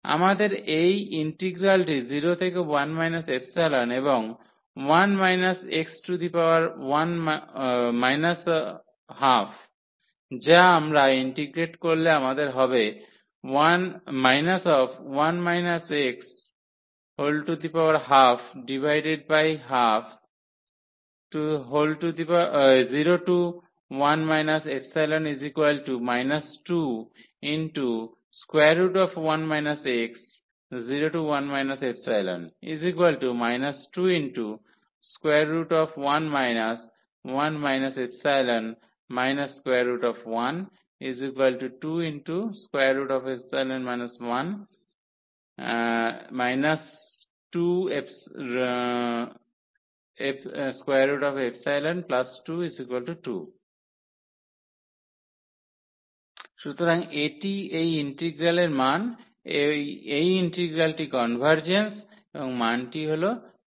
আমাদের এই ইন্টিগ্রালটি 0 থেকে 1 ϵ এবং 1 x 12 যা আমরা ইন্টিগ্রেড করলে আমাদের হবে 1 x121201 ϵ 21 x01 ϵ 2√1 1 ϵ √1 2√ϵ 1 22 2 সুতরাং এটি এই ইন্টিগ্রালের মান এই ইন্টিগ্রাল্টটি কনভার্জেন্স এবং মানটি হল 2